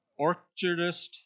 orchardist